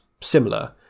similar